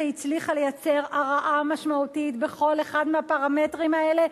היא הצליחה לייצר הרעה משמעותית בכל אחד מהפרמטרים האלה,